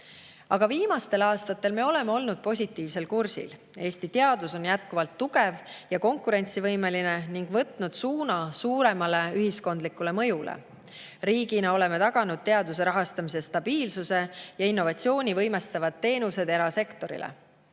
Aga viimastel aastatel me oleme olnud positiivsel kursil. Eesti teadus on jätkuvalt tugev ja konkurentsivõimeline ning võtnud suuna suuremale ühiskondlikule mõjule. Riigina oleme taganud teaduse rahastamise stabiilsuse ja innovatsiooni võimestavad teenused erasektorile.